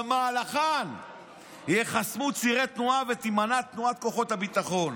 שבמהלכן ייחסמו צירי תנועה ותימנע תנועת כוחות הביטחון,